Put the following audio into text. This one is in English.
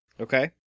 okay